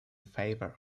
favour